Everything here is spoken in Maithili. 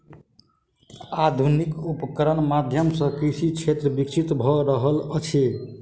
आधुनिक उपकरणक माध्यम सॅ कृषि क्षेत्र विकसित भ रहल अछि